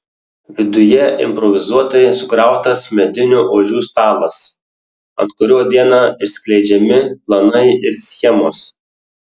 viduje improvizuotai sukrautas medinių ožių stalas ant kurio dieną išskleidžiami planai ir schemos